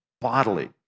bodily